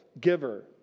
giver